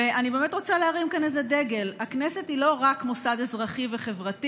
אני באמת רוצה להרים כאן איזה דגל: הכנסת היא לא רק מוסד אזרחי וחברתי.